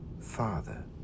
Father